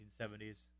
1970s